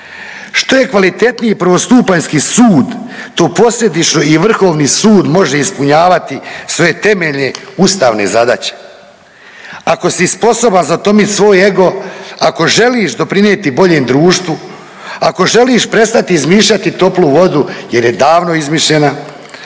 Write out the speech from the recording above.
Što je kvalitetniji prvostupanjski sud to posljedično i Vrhovni sud može ispunjavati svoje temeljne ustavne zadaće. Ako si sposoban svoj ego, ako želiš doprinijeti boljem društvu, ako želiš prestati izmišljati toplu vodu jer je davno izmišljena